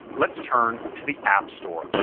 let's turn to the app store.